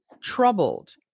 troubled